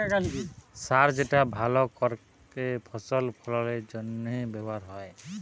সার যেটা ভাল করেক ফসল ফললের জনহে ব্যবহার হ্যয়